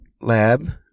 Lab